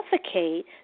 suffocate